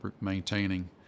maintaining